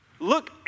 Look